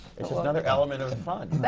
it's just another element of fun.